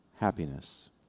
happiness